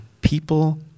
People